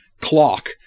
clock